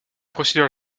procédure